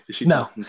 No